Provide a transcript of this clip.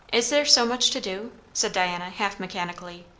is there so much to do? said diana, half mechanically.